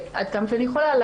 עד כמה שאני יכולה,